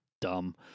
dumb